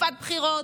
בתקופת בחירות,